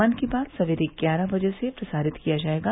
मन की बात सवेरे ग्यारह बजे से प्रसारित किया जाएगा